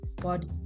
body